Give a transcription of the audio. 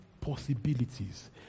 possibilities